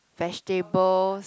vegetable